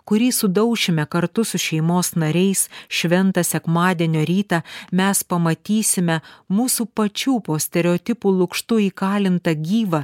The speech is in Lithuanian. kurį sudaušime kartu su šeimos nariais šventą sekmadienio rytą mes pamatysime mūsų pačių po stereotipų lukštu įkalintą gyvą